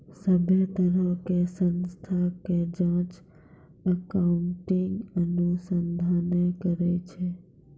सभ्भे तरहो के संस्था के जांच अकाउन्टिंग अनुसंधाने करै छै